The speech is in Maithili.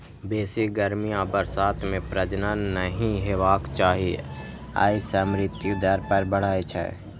बेसी गर्मी आ बरसात मे प्रजनन नहि हेबाक चाही, अय सं मृत्यु दर बढ़ै छै